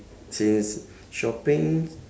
since shopping